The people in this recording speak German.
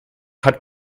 hat